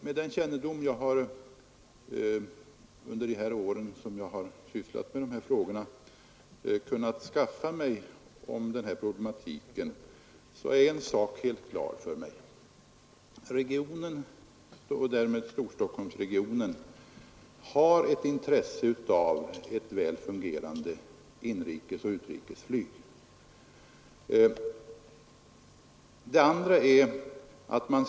Med den kännedom som jag under de år jag har sysslat med dessa frågor kunnat skaffa mig om den här problematiken är en sak helt klar för mig: landet och därmed Storstockholmsregionen har ett intresse av ett väl fungerande inrikesoch utrikesflyg.